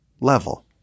level